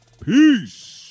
Peace